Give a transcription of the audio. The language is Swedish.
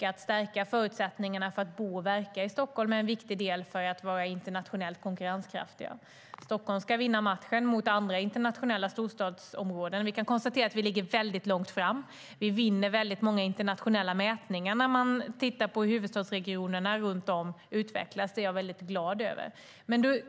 Att stärka förutsättningarna för att bo och verka i Stockholm är viktigt för att vara internationellt konkurrenskraftiga. Stockholm ska vinna matchen mot andra internationella storstadsområden. Vi kan konstatera att vi ligger väldigt långt framme och vinner många internationella mätningar av hur huvudstadsregionerna runt om utvecklas. Det är jag väldigt glad över.